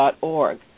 org